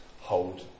hold